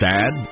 Sad